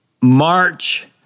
March